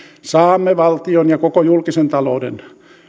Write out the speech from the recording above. saamme valtion ja koko julkisen talouden